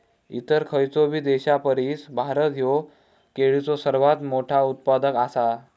इतर खयचोबी देशापरिस भारत ह्यो केळीचो सर्वात मोठा उत्पादक आसा